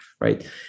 Right